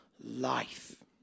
life